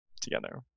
together